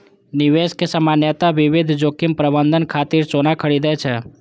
निवेशक सामान्यतः विविध जोखिम प्रबंधन खातिर सोना खरीदै छै